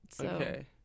Okay